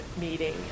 meeting